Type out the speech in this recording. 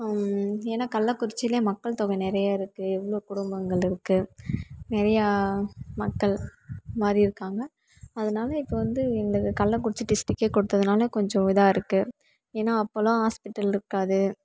ஏன்னா கள்ளக்குறிச்சிலையே மக்கள் தொகை நிறையருக்கு எவ்வளோ குடும்பங்கள் இருக்கு நிறையா மக்கள் மாறி இருக்காங்க அதனால் இப்போ வந்து எங்களுக்கு கள்ளக்குறிச்சி டிஸ்ட்ரிக்கே கொடுத்ததுனால கொஞ்சம் இதாக இருக்கு ஏன்னா அப்போலாம் ஹாஸ்பிட்டல் இருக்காது